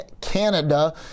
Canada